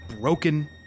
broken